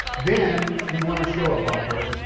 then you want to show a bumper.